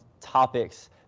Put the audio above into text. topics